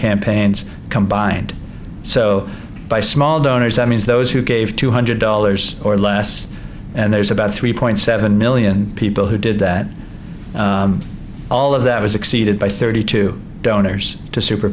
campaigns combined so by small donors i mean those who gave two hundred dollars or less and there's about three point seven million people who did that all of that was exceeded by thirty two donors to super